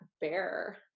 bear